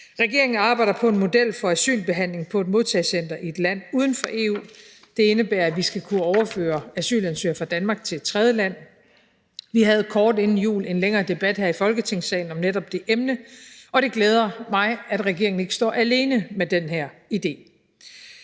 Regeringen arbejder på en model for asylbehandling på et modtagecenter i et land uden for EU. Det indebærer, at vi skal kunne overføre asylansøgere til Danmark fra et tredjeland. Vi havde kort inden jul en længere debat her i Folketingssalen om netop det emne, og det glæder mig, at regeringen ikke står alene med den her idé.